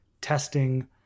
testing